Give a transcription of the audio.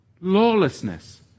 Lawlessness